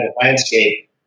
landscape